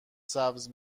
سبز